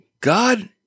God